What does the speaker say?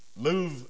move